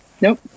Nope